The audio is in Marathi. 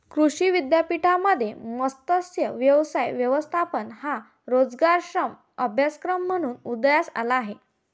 कृषी विद्यापीठांमध्ये मत्स्य व्यवसाय व्यवस्थापन हा रोजगारक्षम अभ्यासक्रम म्हणून उदयास आला आहे